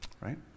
right